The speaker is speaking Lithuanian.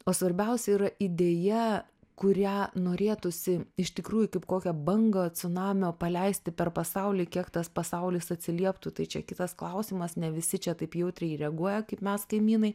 o svarbiausia yra idėja kurią norėtųsi iš tikrųjų kaip kokią bangą cunamio paleisti per pasaulį kiek tas pasaulis atsilieptų tai čia kitas klausimas ne visi čia taip jautriai reaguoja kaip mes kaimynai